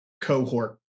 cohort